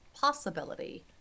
possibility